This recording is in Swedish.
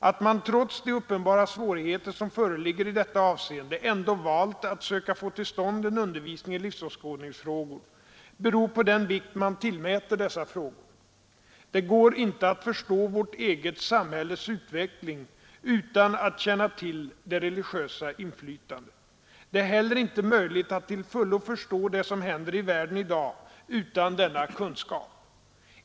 Att man trots de uppenbara svårigheter som föreligger i detta avseende ändå valt att söka få till stånd en undervisning i livsåskådningsfrågor beror på den vikt man tillmäter dessa frågor. Det går inte att förstå vårt eget samhälles utveckling utan att känna till det religiösa inflytandet. Det är heller inte möjligt att till fullo förstå det som händer i världen i dag utan denna kunskap.